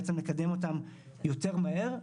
בעצם לקדם אותם יותר מהר,